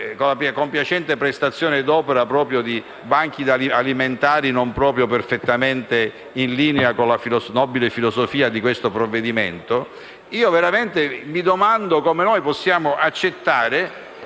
con la compiacente prestazione d'opera di banchi alimentari non proprio perfettamente in linea con la nobile filosofia di questo provvedimento, io davvero mi domando come possiamo accettare